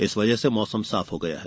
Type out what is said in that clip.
इस वजह से मौसम साफ हो गया है